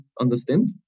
understand